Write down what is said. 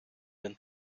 than